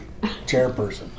chairperson